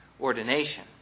ordination